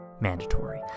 mandatory